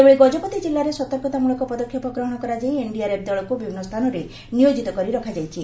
ସେହିଭଳି ଗଜପତି ଜିଲ୍ଲାରେ ସତର୍କତାମ୍ଳକ ପଦକ୍ଷେପ ଗ୍ରହଣ କରାଯାଇ ଏନ୍ଡିଆର୍ଏପ୍ ଦଳକୁ ବିଭିନ୍ନ ସ୍ଥାନରେ ନିୟୋଜିତ କରାଯାଇଛି